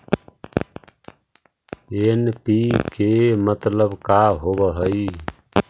NPK मतलब का होव हइ?